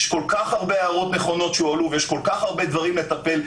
יש כל כך הרבה הערות נכונות שהועלו ויש כל כך הרבה דברים לטפל,